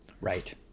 right